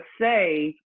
say